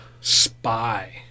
Spy